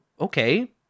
okay